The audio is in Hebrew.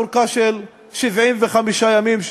ארכה של 75 ימים,